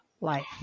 life